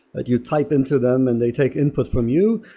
but you type into them and they take input from you,